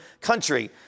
country